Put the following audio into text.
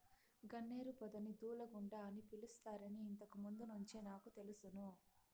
గన్నేరు పొదని దూలగుండ అని పిలుస్తారని ఇంతకు ముందు నుంచే నాకు తెలుసును